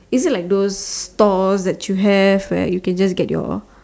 is it like those stores that you have where you can just get your